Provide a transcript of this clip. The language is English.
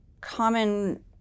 common